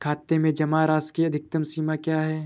खाते में जमा राशि की अधिकतम सीमा क्या है?